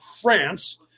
France